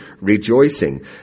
rejoicing